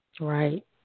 Right